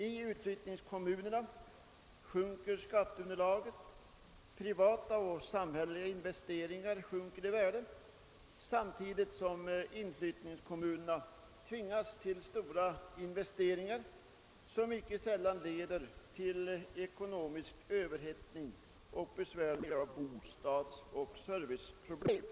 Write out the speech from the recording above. I utflyttningskommunerna minskas skatteunderlaget, och privata och samhälleliga investeringar sjunker i värde, samtidigt som = inflyttningskommunerna tvingas till stora investeringar, vilka icke sällan leder till ekonomisk överhettning samt besvärliga bostadsoch serviceproblem.